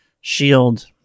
shield